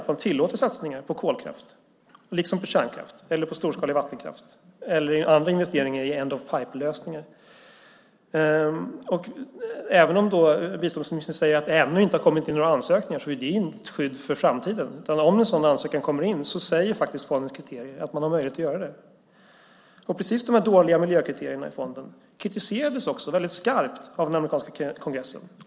Man tillåter satsningar på kolkraft, liksom på kärnkraft, storskalig vattenkraft eller andra investeringar i end-of-pipe-lösningar. Även om biståndsministern säger att det ännu inte har kommit in några ansökningar är det inget skydd för framtiden. Om en sådan ansökan kommer in säger faktiskt fondens kriterier att man har möjlighet att göra det. Precis de här dåliga miljökriterierna i fonden kritiserades också väldigt skarpt av den amerikanska kongressen.